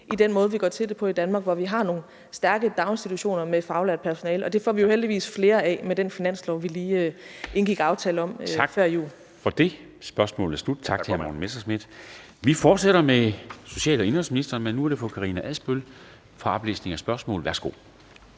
i den måde, vi går til det på i Danmark, hvor vi har nogle stærke daginstitutioner med et faglært personale, og det får vi jo heldigvis mere af med den finanslov, vi lige indgik aftale om før jul. Kl. 13:19 Formanden (Henrik Dam Kristensen): Så er spørgsmålet slut. Tak til hr. Morten Messerschmidt. Vi fortsætter med social- og indenrigsministeren, men nu er det fru Karina Adsbøl. Kl. 13:19 Spm. nr.